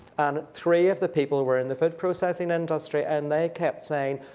and three of the people were in the food processing industry, and they kept saying,